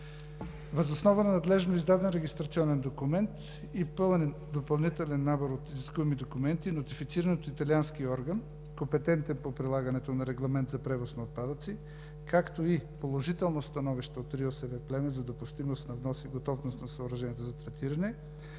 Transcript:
Въз основа на надлежно издаден регистрационен документ и пълен допълнителен набор от изискуеми документи, нотифицирани от италиански орган, компетентен по прилагането на Регламент за превоз на отпадъци, както и положително становище от РИОСВ – Плевен, за допустимост на внос и готовност на съоръженията за третиране,